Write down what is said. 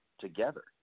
together